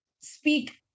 speak